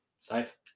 Safe